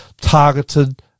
targeted